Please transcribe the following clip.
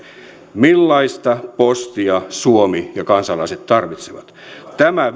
millaista postia suomi ja kansalaiset tarvitsevat tämä